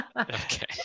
Okay